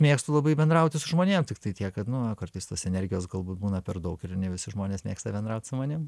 mėgstu labai bendrauti su žmonėm tiktai tiek kad nu kartais tas energijos galbūt būna per daug ir ne visi žmonės mėgsta bendrauti su manim